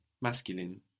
Masculine